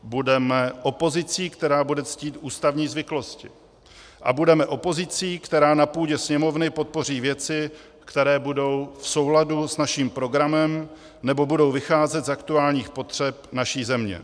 Budeme opozicí, která bude ctít ústavní zvyklosti, a budeme opozicí, která na půdě Sněmovny podpoří věci, které budou v souladu s naším programem nebo budou vycházet z aktuálních potřeb naší země.